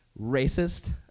racist